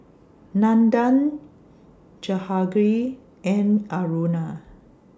Nandan Jahangir and Aruna